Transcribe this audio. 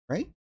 Right